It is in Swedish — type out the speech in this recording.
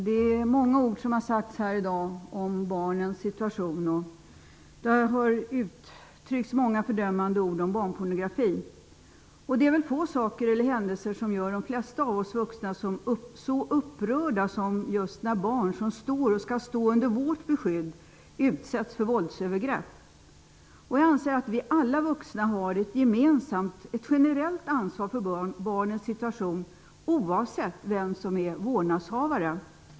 Herr talman! Det har sagts många ord här i dag om barnens situation. Det har uttryckts många fördömande ord om barnpornografi. Det är väl få saker eller händelser som gör de flesta av oss vuxna så upprörda som just när barn, som står och skall stå under vårt beskydd, utsätts för våldsövergrepp. Jag anser att vi alla vuxna har ett gemensamt, generellt ansvar för barnens situation, oavsett vem som är vårdnadshavare.